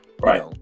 Right